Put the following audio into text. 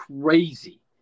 crazy